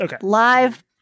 live